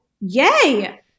yay